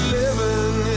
living